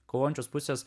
kovojančios pusės